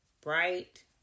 Bright